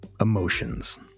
emotions